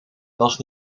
was